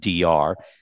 DR